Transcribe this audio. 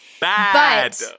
Bad